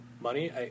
money